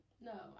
no